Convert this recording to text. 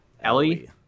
ellie